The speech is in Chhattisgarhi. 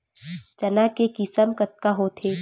चना के किसम कतका होथे?